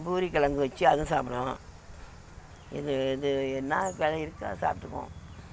பூரிக்கிழங்கு வச்சி அதுவும் சாப்பிடுவோம் இது இது என்னாதுனா கடையில் இருக்கோ அதை சாப்பிட்டுக்குவோம்